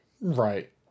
Right